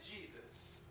Jesus